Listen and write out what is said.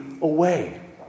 away